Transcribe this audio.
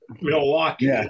Milwaukee